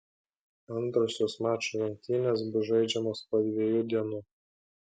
antrosios mačų rungtynės bus žaidžiamos po dviejų dienų